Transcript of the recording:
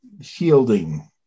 shielding